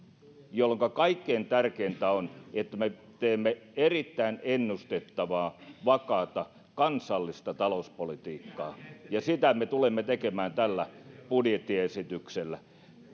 jolloinka kaikkein tärkeintä on että me teemme erittäin ennustettavaa vakaata kansallista talouspolitiikkaa ja sitä me tulemme tekemään tällä budjettiesityksellä